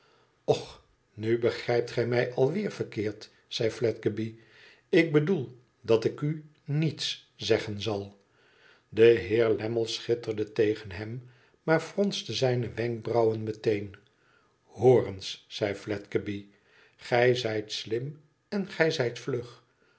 och nu begrijpt gij mij alweer verkeerd zei fledgeby ik bedoel dat ik u niets zeggen zal de heer lammie schitterde tegen hem maar fronste zijne wenkbrauwen meteen hoor eens zei fledgeby gijzijt slim en gij zijt vlug